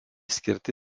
skirti